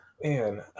Man